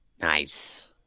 nice